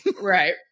right